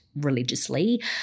religiously